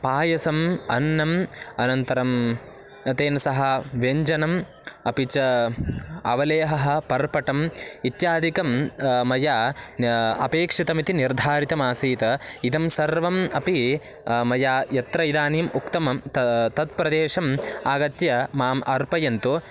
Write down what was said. पायसम् अन्नम् अनन्तरं तेन सह व्यञ्जनम् अपि च अवलेहः पर्पटम् इत्यादिकं मया अपेक्षितम् इति निर्धारितमासीत् इदं सर्वम् अपि मया यत्र इदानीम् उक्तमं त तत्प्रदेशम् आगत्य माम् अर्पयन्तु